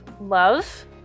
love